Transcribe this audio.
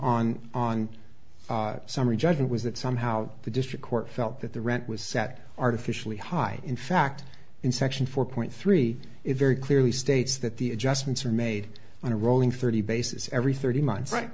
on on summary judgment was that somehow the district court felt that the rent was set artificially high in fact in section four point three it very clearly states that the adjustments are made on a rolling thirty basis every thirty months right